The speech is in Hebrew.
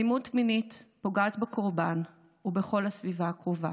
אלימות מינית פוגעת בקורבן ובכל הסביבה הקרובה.